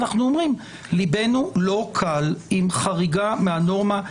אנחנו אומרים: ליבנו לא קל עם חריגה מהנורמה.